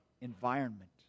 environment